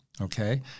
okay